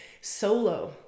Solo